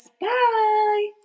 Bye